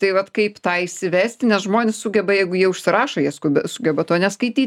tai vat kaip tą įsivesti nes žmonės sugeba jeigu jie užsirašo jie sgub sugeba to neskaity